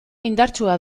indartsua